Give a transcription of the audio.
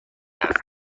حرف